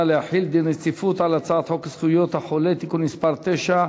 להחיל דין רציפות על הצעת חוק זכויות החולה (תיקון מס' 9)